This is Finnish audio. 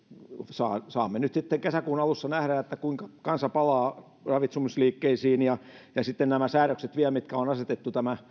sitten kesäkuun alussa saamme nähdä kuinka kansa palaa ravitsemusliikkeisiin ja sitten kun on nämä säädökset vielä mitkä on asetettu tämä